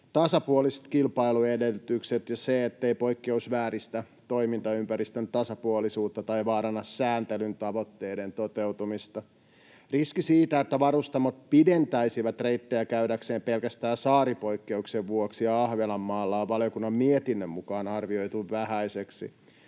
tasapuoliset kilpailuedellytykset ja se, ettei poikkeus vääristä toimintaympäristön tasapuolisuutta tai vaaranna sääntelyn tavoitteiden toteutumista. Riski siitä, että varustamot pidentäisivät reittejä käydäkseen pelkästään saaripoikkeuksien vuoksi Ahvenanmaalla, on valiokunnan mietinnön mukaan arvioitu vähäiseksi.